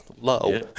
low